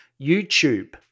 YouTube